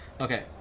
Okay